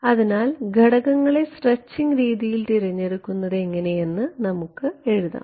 അതിനാൽ ഘടകങ്ങളെ സ്ട്രെച്ചിംഗ് രീതിയിൽ തിരഞ്ഞെടുക്കുന്നത് എങ്ങനെ എന്ന് നമുക്ക് എഴുതാം